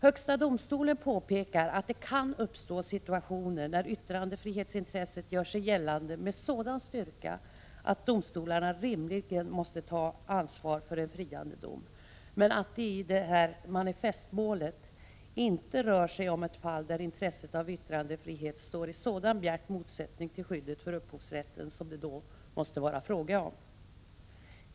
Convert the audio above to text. Högsta domstolen påpekar att det kan uppstå situationer där yttrandefrihetsintresset gör sig gällande med sådan styrka att domstolarna rimligen måste ta ansvar för en friande dom, men att det i manifestmålet inte rör sig om ett fall där intresset av yttrandefrihet står i sådan bjärt motsättning till skyddet för upphovsrätten som det då måste vara fråga om.